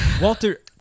Walter